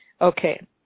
Okay